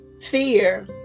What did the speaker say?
fear